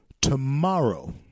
tomorrow